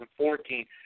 2014